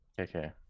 Okay